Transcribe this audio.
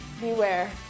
beware